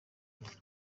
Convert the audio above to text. indoro